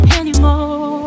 anymore